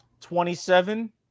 Twenty-seven